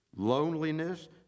loneliness